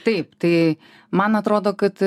taip tai man atrodo kad